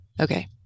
Okay